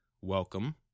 welcome